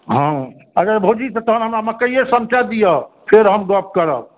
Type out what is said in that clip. हॅं अच्छा भौजी तहन हमरा मकइये समटऽ दिअ फेर हम गप करब